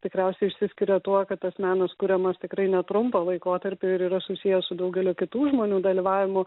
tikriausiai išsiskiria tuo kad tas menas kuriamas tikrai netrumpą laikotarpį ir yra susiję su daugeliu kitų žmonių dalyvavimu